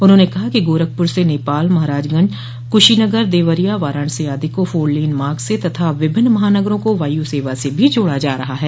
उन्होंने कहा कि गोरखपुर से नेपाल महाराजगंज कुशीनगर दवरिया वाराणसी आदि को फोर लेन मार्ग से तथा विभिन्न महानगरों को वायु सेवा से भी जोड़ा जा रहा है